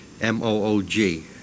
M-O-O-G